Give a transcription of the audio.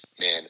man